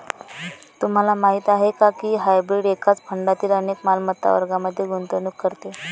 तुम्हाला माहीत आहे का की हायब्रीड एकाच फंडातील अनेक मालमत्ता वर्गांमध्ये गुंतवणूक करते?